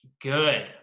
good